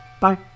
Bye